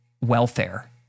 welfare